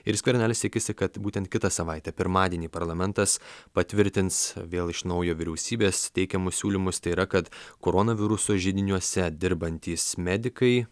ir skvernelis tikisi kad būtent kitą savaitę pirmadienį parlamentas patvirtins vėl iš naujo vyriausybės teikiamus siūlymus tai yra kad koronaviruso židiniuose dirbantys medikai